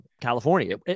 california